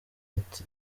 ati